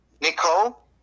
Nicole